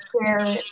share